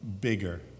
bigger